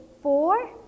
four